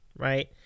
Right